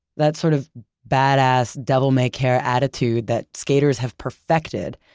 that sort of badass, devil-may-care attitude that skaters have perfected,